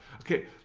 Okay